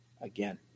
again